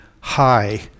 high